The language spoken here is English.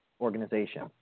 organization